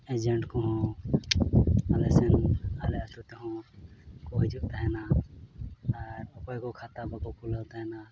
ᱠᱚᱦᱚᱸ ᱟᱞᱮ ᱥᱮᱫ ᱟᱞᱮ ᱟᱹᱛᱩ ᱛᱮᱦᱚᱸ ᱠᱚ ᱦᱤᱡᱩᱜ ᱛᱟᱦᱮᱱᱟ ᱟᱨ ᱚᱠᱚᱭᱠᱚ ᱠᱷᱟᱛᱟ ᱵᱟᱠᱚ ᱠᱷᱩᱞᱟᱹᱣ ᱛᱟᱦᱮᱱᱟ